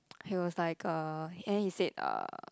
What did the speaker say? he was like uh and he said uh